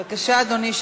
בבקשה, אדוני.